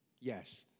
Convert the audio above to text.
Yes